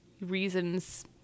reasons